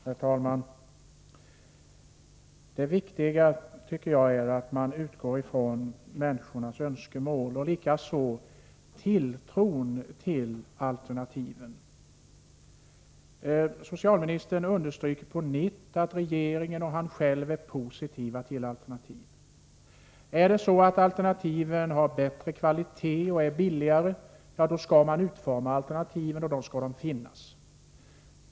Herr talman! Det är viktigt, tycker jag, att man utgår från människornas önskemål och likaså från tilltron till alternativen. Socialministern understry ker på nytt att regeringen och han själv är positiva till alternativ. Är det så att alternativen medför bättre kvalitet och blir billigare, då skall man utforma alternativen och de skall finnas.